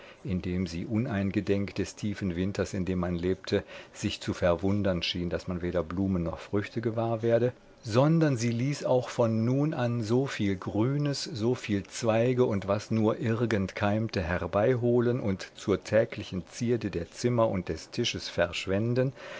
indem sie uneingedenk des tiefen winters in dem man lebte sich zu verwundern schien daß man weder blumen noch früchte gewahr werde sondern sie ließ auch von nun an so viel grünes so viel zweige und was nur irgend keimte herbeiholen und zur täglichen zierde der zimmer und des tisches verschwenden